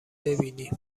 ببینی